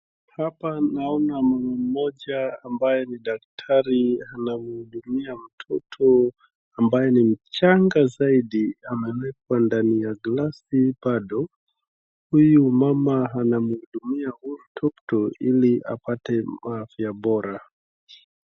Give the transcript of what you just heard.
Hapa naona mama mmoja ambaye ni daktari anamhuudumia mtoto ambaye ni mchanga zaidi amewekwa ndani ya glasi bado. Huyu mama anahudumia huyu mtoto iliapate afya bora.